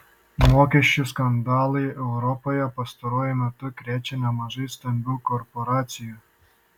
mokesčių skandalai europoje pastaruoju metu krečia nemažai stambių korporacijų